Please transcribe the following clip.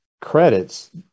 credits